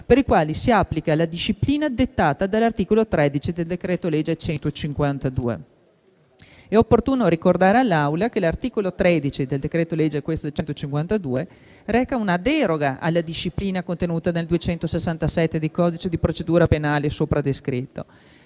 per i quali si applica la disciplina dettata dall'articolo 13 del decreto-legge n. 152. È opportuno ricordare all'Aula che l'articolo 13 del decreto-legge n. 152 reca una deroga alla disciplina contenuta dall'articolo 267 del codice di procedura penale sopradescritto,